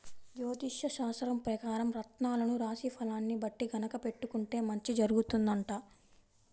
జ్యోతిష్యశాస్త్రం పెకారం రత్నాలను రాశి ఫలాల్ని బట్టి గనక పెట్టుకుంటే మంచి జరుగుతుందంట